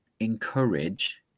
encourage